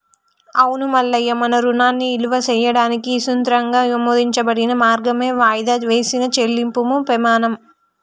అవును మల్లయ్య మన రుణాన్ని ఇలువ చేయడానికి ఇసృతంగా ఆమోదించబడిన మార్గమే వాయిదా వేసిన చెల్లింపుము పెమాణం